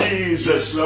Jesus